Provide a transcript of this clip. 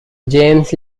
james